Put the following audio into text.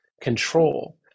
control